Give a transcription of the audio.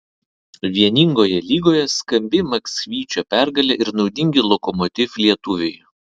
vieningoje lygoje skambi maksvyčio pergalė ir naudingi lokomotiv lietuviai